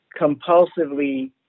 compulsively